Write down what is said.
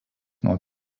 nuo